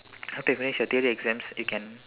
after you finish your theory exams you can